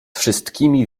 wszystkimi